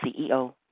CEO